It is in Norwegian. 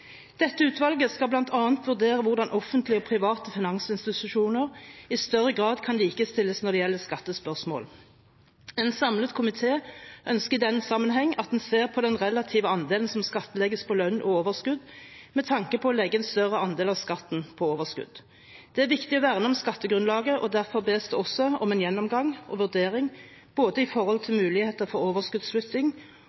Dette utvalget skal bl.a. vurdere hvordan offentlige og private finansinstitusjoner i større grad kan likestilles når det gjelder skattespørsmål. En samlet komité ønsker i den sammenheng at en ser på den relative andelen som skattlegges på lønn og overskudd, med tanke på å legge en større andel av skatten på overskudd. Det er viktig å verne om skattegrunnlaget, og derfor bes det også om en gjennomgang og vurdering vedrørende både muligheter for overskuddsflytting og andre skattemessige forhold som gjelder for finansnæringen spesielt. Til